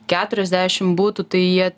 keturiasdešimt butų tai jie